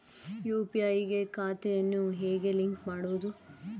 UPI ಗೆ ಖಾತೆಯನ್ನು ಹೇಗೆ ಲಿಂಕ್ ಮಾಡುವುದು?